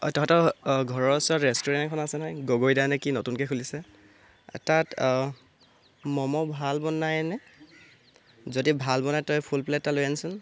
অঁ তহঁতৰ ঘৰৰ ওচৰত ৰেষ্টুৰেন্ট এখন আছে নহয় গগৈদা নে কি নতুনকৈ খুলিছে তাত মমো ভাল বনাই নে যদি ভাল বনাই তই ফুল প্লেট এটা লৈ আনচোন